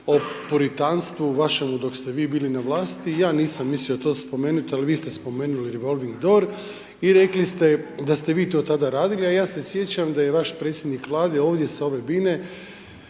o poritanstvu, vašemu, dok ste vi bili na vlasti, ja nisam mislio to spomenuti, ali vi ste spomenuli …/Govornik se ne razumije./… i rekli ste da ste vi to tada radili, a ja se sjećam da je vaš predsjednik vlade, ovdje s ove bine,